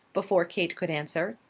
before kate could answer.